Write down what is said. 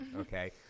Okay